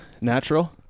natural